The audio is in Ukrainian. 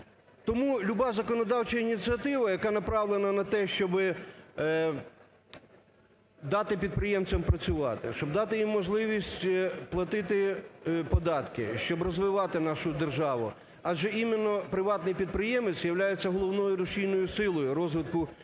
Тому люба законодавча ініціатива, яка направлена на те, щоб дати підприємцям працювати, щоб дати їм можливість платити податки, щоб розвивати нашу державу, адже именно приватний підприємець являється головною рушійною силою розвитку всього